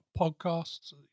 podcasts